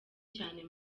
cyane